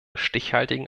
stichhaltigen